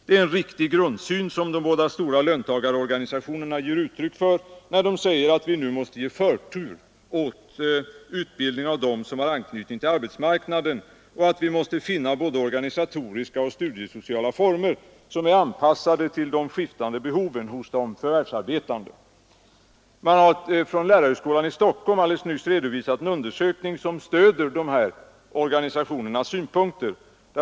Det är en riktig grundsyn som de båda stora löntagarorganisationerna ger uttryck för när de säger att vi nu måste ge förtur åt utbildning av dem som har anknytning till arbetsmarknaden och att vi måste finna både organisatoriska och studiesociala former som är anpassade till de skiftande behoven hos de förvärvsarbetande. Nyss har man från lärarhögskolan i Stockholm redovisat en undersökning som stöder dessa organisationers synpunkter.